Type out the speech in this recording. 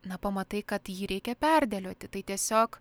na pamatai kad jį reikia perdėlioti tai tiesiog